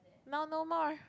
now no more